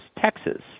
Texas